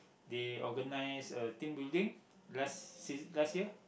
they organise a team building last last year